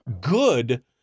good